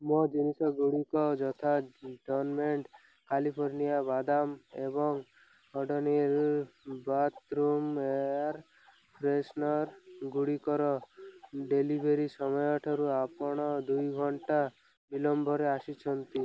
ମୋ ଜିନିଷ ଗୁଡ଼ିକ ଯଥା ଡନ୍ ମଣ୍ଟେ କାଲିଫର୍ଣ୍ଣିଆ ବାଦାମ ଏବଂ ଓଡ଼ୋନିଲ୍ ବାଥ୍ରୁମ୍ ଏୟାର୍ ଫ୍ରେଶନର୍ ଗୁଡ଼ିକର ଡେଲିଭରି ସମୟ ଠାରୁ ଆପଣ ଦୁଇ ଘଣ୍ଟା ବିଳମ୍ବରେ ଆସିଛନ୍ତି